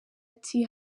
ati